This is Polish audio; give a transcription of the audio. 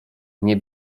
nie